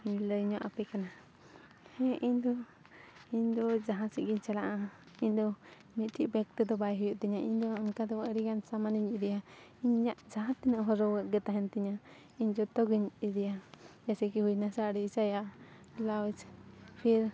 ᱞᱟᱹᱭᱧᱚᱜ ᱟᱯᱮ ᱠᱟᱱᱟ ᱦᱮᱸ ᱤᱧᱫᱚ ᱤᱧᱫᱚ ᱡᱟᱦᱟᱸ ᱥᱮᱫᱜᱤᱧ ᱪᱟᱞᱟᱜᱼᱟ ᱤᱧᱫᱚ ᱢᱤᱫᱴᱤᱡ ᱵᱮᱜᱽ ᱛᱮᱫᱚ ᱵᱟᱭ ᱦᱩᱭᱩᱜ ᱛᱤᱧᱟᱹ ᱤᱧᱫᱚ ᱚᱱᱠᱟ ᱫᱚ ᱟᱹᱰᱤᱜᱟᱱ ᱥᱟᱢᱟᱱᱤᱧ ᱤᱫᱤᱭᱟ ᱤᱧᱟᱹᱜ ᱡᱟᱦᱟᱸ ᱛᱤᱱᱟᱹᱜ ᱦᱚᱨᱚᱜᱼᱟᱜ ᱜᱮ ᱛᱟᱦᱮᱱ ᱛᱤᱧᱟᱹ ᱤᱧ ᱡᱚᱛᱚᱜᱤᱧ ᱤᱫᱤᱭᱟ ᱡᱮᱭᱥᱮ ᱠᱤ ᱦᱩᱭᱱᱟ ᱥᱟᱹᱲᱤ ᱥᱟᱭᱟ ᱵᱞᱟᱣᱩᱡᱽ ᱯᱷᱤᱨ